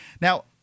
Now